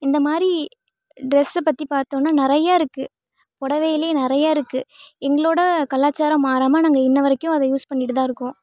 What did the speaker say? இந்த மாதிரி ட்ரெஸ்ஸை பற்றி பார்த்தோம்னா நிறைய இருக்குது பொடவையிலே நிறைய இருக்குது எங்களோடய கலாச்சாரம் மாறாமல் நாங்கள் இன்று வரைக்கும் அதை யூஸ் பண்ணிகிட்டு தான் இருக்கோம்